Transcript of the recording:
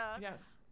Yes